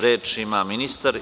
Reč ima ministar.